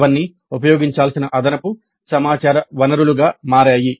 అవన్నీ ఉపయోగించాల్సిన అదనపు సమాచార వనరులుగా మారాయి